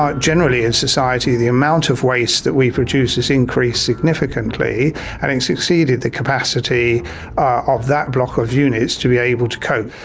ah generally in society the amount of waste that we produce is increased significantly and it's exceeded the capacity ah of that block of units to be able to cope.